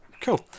Cool